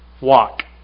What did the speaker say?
walk